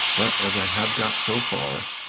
but, as i have got so far,